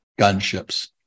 gunships